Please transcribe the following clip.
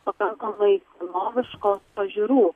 pakankamai senoviškos pažiūrų